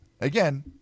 again